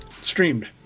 streamed